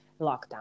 lockdown